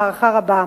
בהערכה רבה,